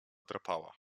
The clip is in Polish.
drapała